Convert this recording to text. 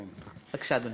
בבקשה, אדוני.